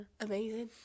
amazing